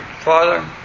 Father